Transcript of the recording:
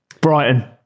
Brighton